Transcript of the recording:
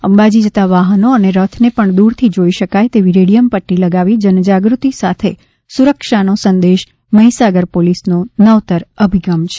અંબાજી જતા વાહનો અને રથને પણ દૂરથી જોઈ શકાય તેવી રેડિયમ પટ્ટી લગાવી જનજાગૃતિ સાથે સુરક્ષાનો સંદેશ મહિસાગર પોલીસનો નવતર અભિગમ છે